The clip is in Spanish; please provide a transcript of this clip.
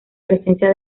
presencia